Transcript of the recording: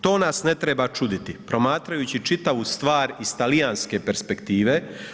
To nas ne treba čuditi promatrajući čitavu stvar iz talijanske perspektive.